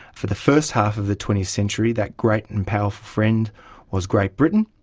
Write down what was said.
for the first half of the twentieth century that great and powerful friend was great britain,